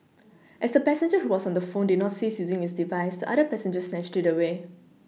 as the passenger who was on the phone did not cease using his device the other passenger snatched it away